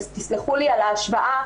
תסלחו לי על ההשוואה,